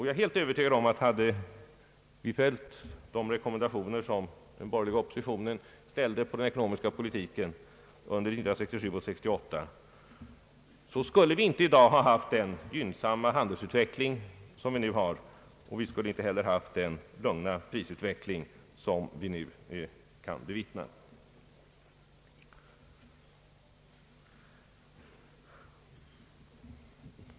Jag är helt övertygad om att hade vi följt de rekommendationer som den borgerliga oppositionen gav beträffande den ekonomiska politiken under åren 1967 och 1968, skulle vi inte i dag ha fått den gynnsamma handelsutveckling vi nu har och inte heller den lugna prisutveckling vi kan bevittna.